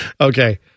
Okay